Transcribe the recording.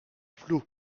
flot